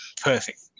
Perfect